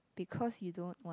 because you don't want